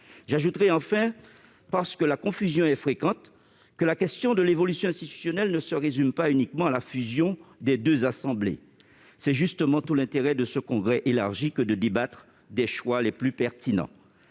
J'ajouterai, parce que la confusion est fréquente, que la question de l'évolution institutionnelle ne se résume pas uniquement à la fusion des deux assemblées. C'est justement tout l'intérêt de ce congrès élargi que de débattre des choix les plus pertinents.